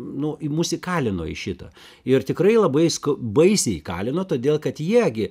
nu į mus įkalino į šitą ir tikrai labai baisiai įkalino todėl kad jie gi